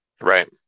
Right